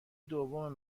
دوم